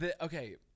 okay